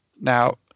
Now